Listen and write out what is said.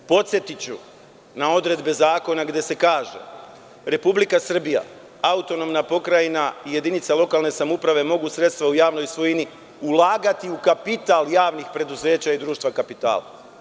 Podsetiću na odredbe Zakona gde se kaže – Republika Srbija, autonomna pokrajina i jedinica lokalne samouprave mogu sredstva u javnoj svojini ulagati u kapital javnih preduzeća i društva kapitala.